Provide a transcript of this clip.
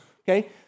Okay